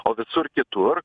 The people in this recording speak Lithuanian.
o visur kitur